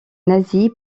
nazis